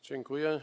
Dziękuję.